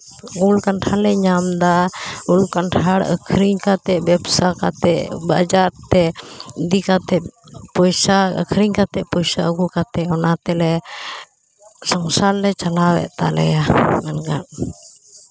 ᱩᱞ ᱠᱟᱱᱴᱷᱟᱲ ᱞᱮ ᱧᱟᱢ ᱫᱟ ᱩᱞ ᱠᱟᱱᱴᱷᱟᱲ ᱟᱹᱠᱷᱨᱤᱧ ᱠᱟᱛᱮ ᱵᱮᱵᱥᱟ ᱠᱟᱛᱮ ᱵᱟᱡᱟᱨ ᱛᱮ ᱤᱫᱤ ᱠᱟᱛᱮ ᱯᱚᱭᱥᱟ ᱟᱹᱠᱷᱨᱤᱧ ᱠᱟᱛᱮ ᱯᱚᱭᱥᱟ ᱟᱹᱜᱩ ᱠᱟᱛᱮ ᱚᱱᱟ ᱛᱮᱞᱮ ᱥᱚᱝᱥᱟᱨ ᱞᱮ ᱪᱟᱞᱟᱣᱮᱫ ᱛᱟᱞᱮᱭᱟ ᱢᱮᱱ ᱜᱟᱱᱚᱜᱼᱟ